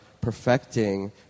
perfecting